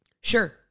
Sure